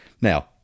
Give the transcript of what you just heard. Now